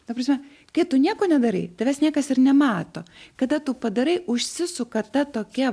ta prasme kai tu nieko nedarai tavęs niekas ir nemato kada tu padarai užsisuka ta tokia